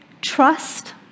trust